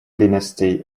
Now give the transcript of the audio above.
dynasty